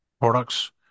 products